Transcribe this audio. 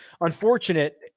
unfortunate